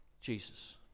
Jesus